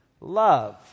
love